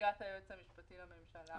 כנציגת היועץ המשפטי לממשלה.